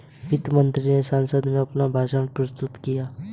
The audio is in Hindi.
वित्त मंत्री ने संसद में अपना भाषण प्रस्तुत किया